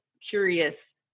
curious